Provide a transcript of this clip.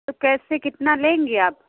तो कैसे कितना लेंगी आप